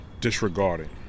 disregarding